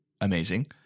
Amazing